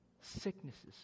sicknesses